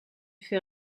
fait